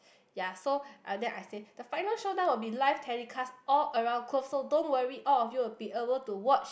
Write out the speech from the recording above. ya so uh then I say the final showdown will be live telecast all around so don't worry all of you will be able to watch